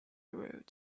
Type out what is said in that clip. rude